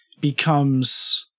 becomes